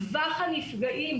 טווח הנפגעים,